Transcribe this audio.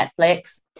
Netflix